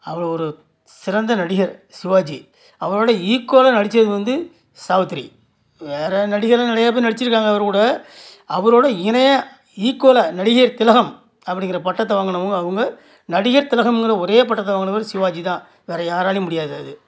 அவரு ஒரு சிறந்த நடிகர் சிவாஜி அவரோடய ஈக்குவலா நடிச்சது வந்து சாவித்திரி வேறு நடிகரெலாம் நிறைய பேர் நடிச்சுருக்காங்க அவரு கூட அவரோடு இணையாக ஈக்குவலாக நடிகர் திலகம் அப்படிங்கிற பட்டத்தை வாங்கினவுங்க அவங்க நடிகர் திலகம்ங்கிற ஒரே பட்டத்தை வாங்கினவரு சிவாஜி தான் வேறு யாராலையும் முடியாது அது